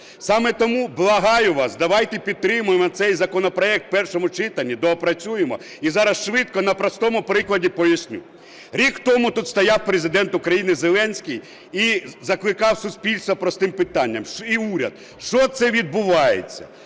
Саме тому благаю вас, давайте підтримаємо цей законопроект в першому читанні, доопрацюємо і зараз швидко на простому прикладі поясню. Рік тому тут стояв Президент України Зеленський і закликав суспільство простим питанням, і уряд: що це відбувається,